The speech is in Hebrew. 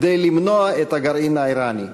כדי למנוע את הגרעין האיראני.